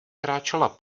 kráčela